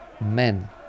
men